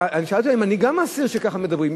שאלתי אותה אם אני גם אסיר שככה מדברים.